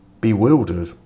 bewildered